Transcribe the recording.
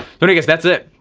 but i guess that's it.